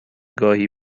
گاهی